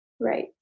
right